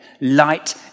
Light